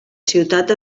ciutat